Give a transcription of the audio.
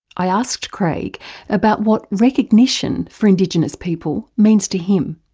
i asked craig about what recognition for indigenous people means to him.